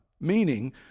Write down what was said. meaning